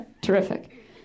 terrific